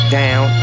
down